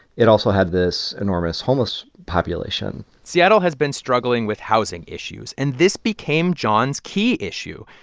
it also had this enormous homeless population seattle had been struggling with housing issues, and this became jon's key issue.